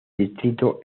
distrito